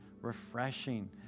refreshing